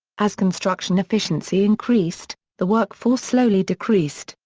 as construction efficiency increased, the workforce slowly decreased,